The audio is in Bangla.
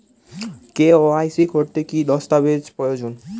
কে.ওয়াই.সি করতে কি দস্তাবেজ প্রয়োজন?